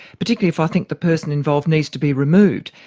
particularly if i think the person involved needs to be removed.